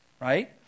right